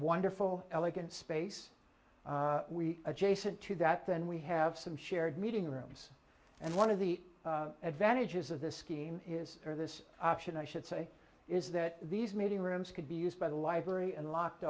wonderful elegant space we adjacent to that then we have some shared meeting rooms and one of the advantages of this scheme is this option i should say is that these meeting rooms could be used by the library and locked